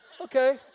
okay